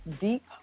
deep